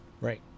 right